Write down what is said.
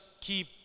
keep